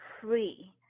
free